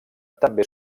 també